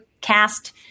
cast